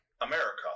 America